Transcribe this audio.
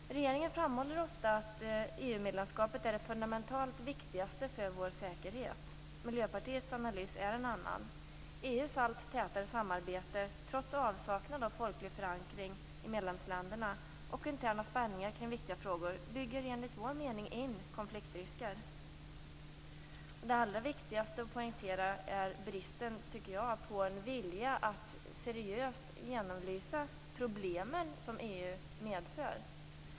Regeringen framhåller ofta att EU-medlemskapet är det fundamentalt viktigaste för vår säkerhet. Miljöpartiets analys är en annan. EU:s allt tätare samarbete, trots avsaknad av folklig förankring i medlemsländerna och interna spänningar kring viktiga frågor, bygger enligt vår mening in konfliktrisker. Det allra viktigaste att poängtera tycker jag är bristen på en vilja att seriöst genomlysa de problem som EU medför.